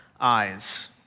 eyes